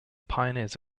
pioneers